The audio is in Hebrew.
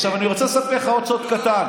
עכשיו אני רוצה לספר לך עוד סוד קטן,